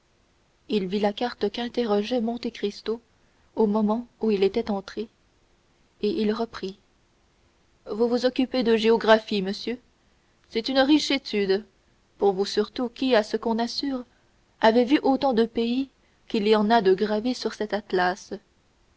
il vit la carte qu'interrogeait monte cristo au moment où il était entré et il reprit vous vous occupez de géographie monsieur c'est une riche étude pour vous surtout qui à ce qu'on assure avez vu autant de pays qu'il y en a de gravés sur cet atlas